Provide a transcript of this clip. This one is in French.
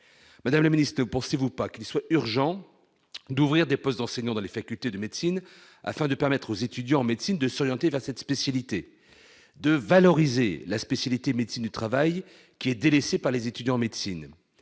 Madame la ministre, ne pensez-vous pas qu'il serait urgent d'ouvrir des postes d'enseignants dans les facultés de médecine, afin de permettre aux étudiants en médecine de s'orienter vers cette spécialité, de valoriser la spécialité « médecine du travail », qui est délaissée par les étudiants en médecine,